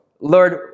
Lord